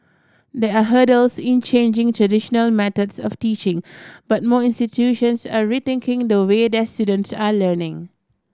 there are hurdles in changing traditional methods of teaching but more institutions are rethinking the way their students are learning